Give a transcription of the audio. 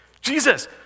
Jesus